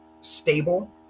stable